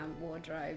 wardrobe